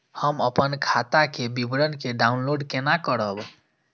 हम अपन खाता के विवरण के डाउनलोड केना करब?